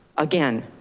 again,